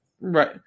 Right